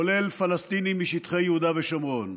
כולל פלסטינים משטחי יהודה ושומרון.